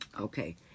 Okay